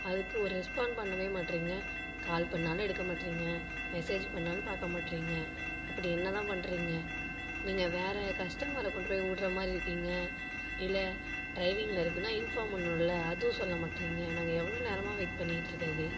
அதுக்கு ஒரு ரெஸ்பான்ஸ் பண்ணவே மாட்டேறீங்க கால் பண்ணிணாலும் எடுக்கவே மாட்டேறீங்க மெசேஜ் பண்ணிணாலும் பார்க்க மாட்டேறீங்க அப்படி என்னதான் பண்ணுறீங்க நீங்கள் வேறு கஸ்டமரை கொண்டு போய் விடுற மாதிரி இருக்கீங்க இல்லை டிரைவிங்கில் இருக்குன்னால் இன்ஃபார்ம் பண்ணனும்ல அதுவும் சொல்ல மாட்டேறீங்க நாங்கள் எவ்வளோ நேரமாக வெயிட் பண்ணிட்ருக்கிறது